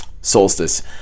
solstice